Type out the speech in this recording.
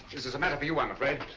this is a matter for you i'm afraid.